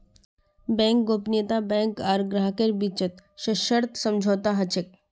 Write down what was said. bank गोपनीयता bank आर ग्राहकेर बीचत सशर्त समझौता ह छेक